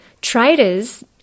traders